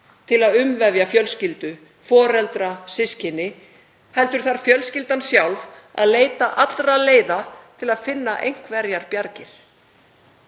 til að umvefja fjölskyldu, foreldra, systkini, heldur þarf fjölskyldan sjálf að leita allra leiða til að finna einhverjar bjargir.